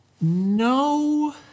No